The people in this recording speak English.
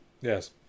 Yes